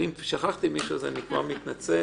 אם שכחתי מישהו, אני מתנצל.